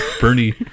Bernie